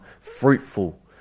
fruitful